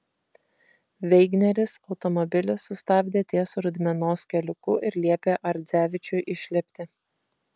veigneris automobilį sustabdė ties rudmenos keliuku ir liepė ardzevičiui išlipti